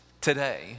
today